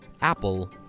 apple